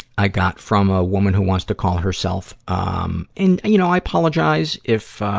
i got from a woman who wants to call herself, um and, and, you know, i apologize if, um,